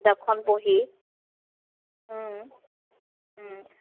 কিতাপখন পঢ়ি